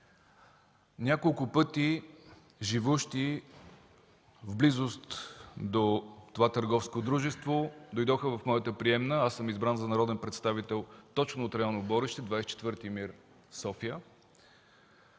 Няколко пъти живеещите в близост до това търговско дружество дойдоха в моята приемна. Аз съм избран за народен представител от район Оборище – 24 МИР – София.